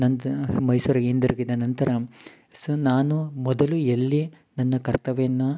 ನಂತರ ಮೈಸೂರಿಗೆ ಹಿಂದಿರುಗಿದ ನಂತರ ಸೊ ನಾನು ಮೊದಲು ಎಲ್ಲಿ ನನ್ನ ಕರ್ತವ್ಯನ್ನ